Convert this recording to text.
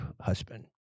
husband